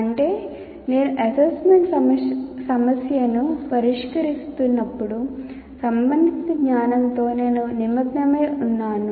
అంటే నేను అసైన్మెంట్ సమస్యను పరిష్కరిస్తున్నప్పుడు సంబంధిత జ్ఞానంతో నేను నిమగ్నమై ఉన్నాను